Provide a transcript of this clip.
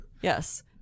yes